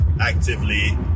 actively